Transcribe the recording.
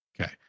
Okay